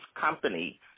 company